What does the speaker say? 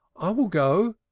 i will go,